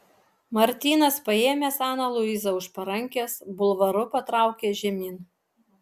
martynas paėmęs aną luizą už parankės bulvaru patraukė žemyn